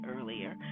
earlier